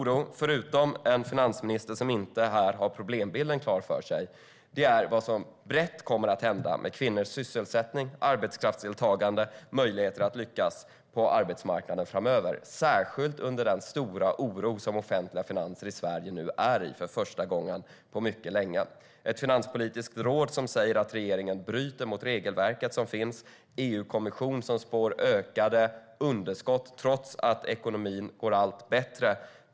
Förutom en finansminister som inte har problembilden klar för sig rör min oro vad som brett kommer att hända med kvinnors sysselsättning, arbetskraftsdeltagande och möjligheter att lyckas på arbetsmarknaden framöver. Det gäller särskilt under den stora oro de offentliga finanserna i Sverige nu är i för första gången på mycket länge. Finanspolitiska rådet säger att regeringen bryter mot det regelverk som finns, och EU-kommissionen spår ökade underskott trots att ekonomin går allt bättre.